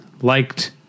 liked